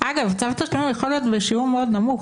אגב, צו תשלומים יכול להיות בשיעור מאוד נמוך.